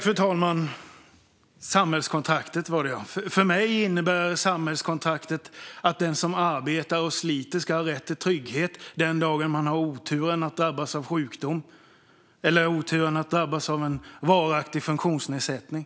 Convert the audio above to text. Fru talman! Samhällskontraktet var det, ja. För mig innebär samhällskontraktet att den som arbetar och sliter ska ha rätt till trygghet den dag man har oturen att drabbas av sjukdom eller oturen att drabbas av en varaktig funktionsnedsättning.